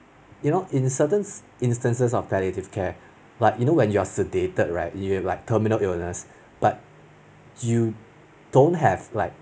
you know in certain instances of palliative care but when you know you are sedated right you have like terminal illness but you don't have like